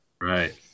Right